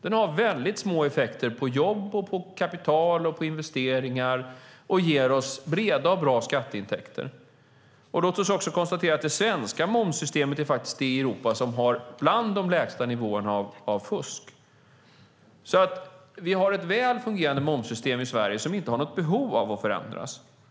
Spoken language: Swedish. Den har mycket små effekter på jobb, kapital och investeringar och ger oss breda och bra skatteintäkter. Vi kan också konstatera att det svenska momssystemet har bland de lägsta nivåerna av fusk i Europa. Vi har alltså ett väl fungerande momssystem i Sverige som vi inte har något behov av att förändra.